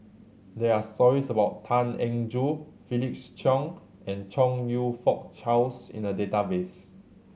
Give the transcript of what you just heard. there are stories about Tan Eng Joo Felix Cheong and Chong You Fook Charles in the database